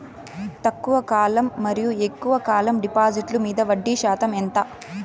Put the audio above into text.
తక్కువ కాలం మరియు ఎక్కువగా కాలం డిపాజిట్లు మీద వడ్డీ శాతం ఎంత?